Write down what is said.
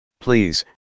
Please